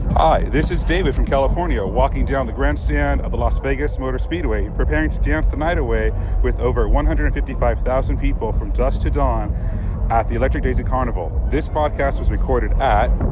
hi, this is david from california, walking down the grandstand of the las vegas motor speedway, preparing to dance the night away with over one hundred and fifty five thousand people from dusk to dawn at the electric daisy carnival. this podcast was recorded at.